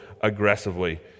aggressively